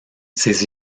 ces